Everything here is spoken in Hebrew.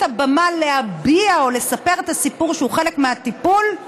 הבמה להביע או לספר את הסיפור שהוא חלק מהטיפול,